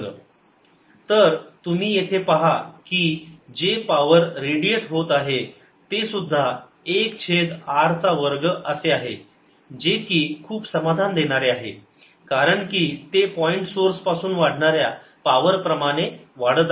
Etqa sin θ420c2r BtEtcqa sin θ420c3r S0E2c10EBq2a21620c3sin2r2 तर तुम्ही येथे पहा जे पावर रेडीएट होत आहे तेसुद्धा 1 छेद r चा वर्ग असे आहे जे की खूप समाधान देणारे आहे कारण कि ते पॉईंट सोर्स पासून वाढणाऱ्या पावर प्रमाणे आहे